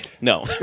No